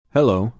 Hello